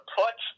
put